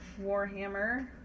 Warhammer